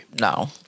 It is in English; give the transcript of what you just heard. No